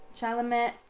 Chalamet